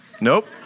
nope